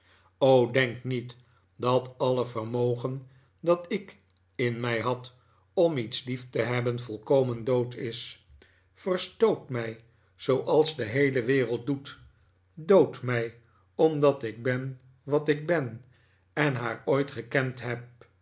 o denk niet dat alle vermogen dat ik in mij had om iets lief te hebben volkomen dood is verstoot mij zooals de heele wereld doet dood mij omdat ik ben wat ik ben en haar ooit gekend hebi